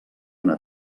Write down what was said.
una